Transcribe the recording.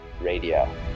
Radio